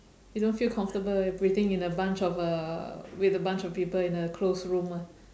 you don't feel comfortable breathing in a bunch of uh with a bunch of people in a closed room ah